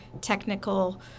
technical